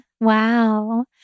Wow